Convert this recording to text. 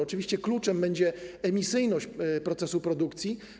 Oczywiście kluczem będzie emisyjność procesu produkcji.